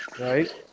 right